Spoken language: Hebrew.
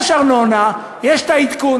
יש ארנונה, יש עדכון.